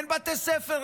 אין בתי ספר,